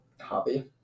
Hobby